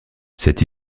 cette